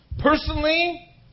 Personally